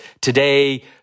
today